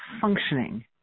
functioning